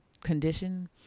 condition